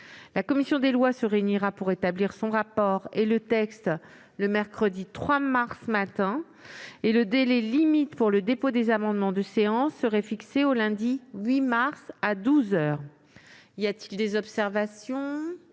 La commission des lois se réunira pour établir son rapport et le texte le mercredi 3 mars, matin, et le délai limite pour le dépôt des amendements de séance serait fixé au lundi 8 mars à douze heures. Y a-t-il des observations ?